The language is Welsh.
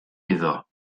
iddo